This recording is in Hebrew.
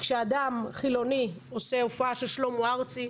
כשאדם חילוני עושה הופעה של שלמה ארצי,